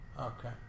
Okay